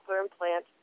implant